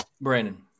Brandon